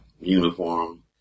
uniform